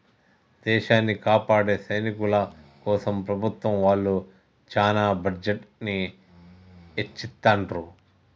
దేశాన్ని కాపాడే సైనికుల కోసం ప్రభుత్వం వాళ్ళు చానా బడ్జెట్ ని ఎచ్చిత్తండ్రు